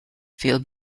feel